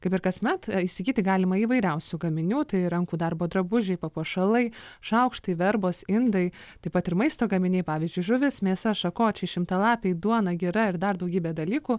kaip ir kasmet įsigyti galima įvairiausių gaminių tai rankų darbo drabužiai papuošalai šaukštai verbos indai taip pat ir maisto gaminiai pavyzdžiui žuvis mėsa šakočiai šimtalapiai duona gira ir dar daugybė dalykų